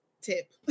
tip